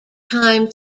time